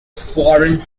foreign